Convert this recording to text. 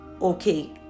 Okay